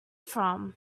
from